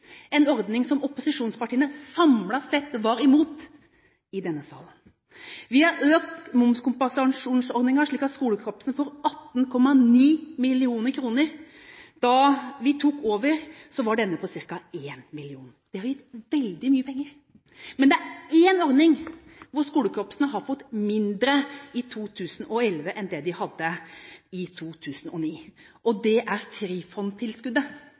en ordning som opposisjonspartiene samlet var imot i denne salen. Vi har økt momskompensasjonsordningen slik at skolekorpsene får 18,9 mill. kr. Da vi tok over, var denne på ca. 1 mill. kr. Vi har gitt veldig mye penger. Men det er én ordning skolekorpsene har fått mindre fra i 2011 enn i 2009, og det er